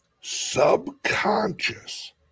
subconscious